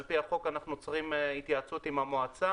על פי החוק אנחנו צריכים התייעצות עם המועצה